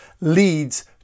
leads